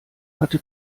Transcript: hatte